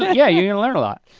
yeah you you know learn a lot.